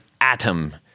atom